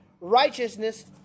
righteousness